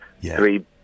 Three